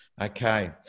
Okay